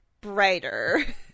brighter